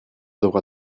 devra